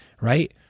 Right